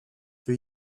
for